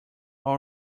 all